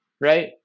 right